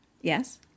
Yes